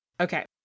Okay